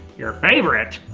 your favorite?